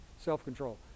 self-control